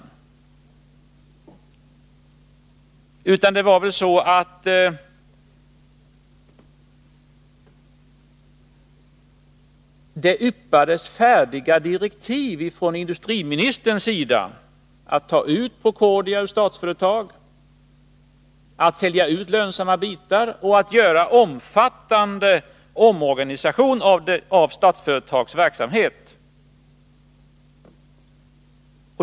Tvärtom var det väl så, att industriministern gav färdiga direktiv om att ta ut Procordia ur Statsföretagsgruppen, sälja ut lönsamma bitar och företa en omfattande omorganisation av Statsföretags verksamhet.